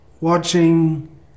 watching